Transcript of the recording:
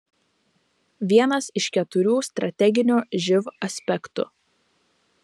vienas iš keturių strateginio živ aspektų